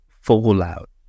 fallout